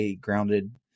grounded